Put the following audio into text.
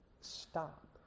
stop